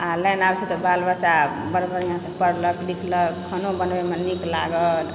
आ लाइन आबय छै तऽ बाल बच्चा बड़ बढ़िआँसँ पढ़लक लिखलक खानो बनबयमे नीक लागल